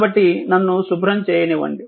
కాబట్టి నన్ను శుభ్రం చేయనివ్వండి